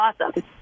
awesome